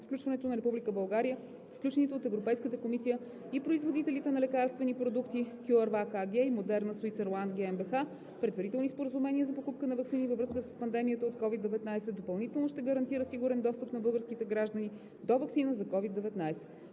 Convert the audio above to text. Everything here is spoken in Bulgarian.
включването на Република България в сключените от Европейската комисия и производителите на лекарствени продукти CureVac AG и Moderna Switzerland GmbH предварителни споразумения за покупка на ваксини във връзка с пандемията от СОVID-19 допълнително ще гарантира сигурен достъп на българските граждани до ваксина за COVID-19.